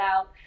out